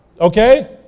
Okay